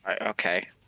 Okay